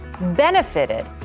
benefited